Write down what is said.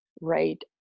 right